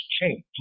change